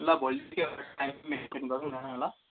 ल भोलिदेखि एउटा टाइम मेन्टेन गरौँ न ल